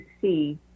see